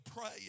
pray